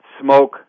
smoke